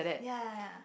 ya ya ya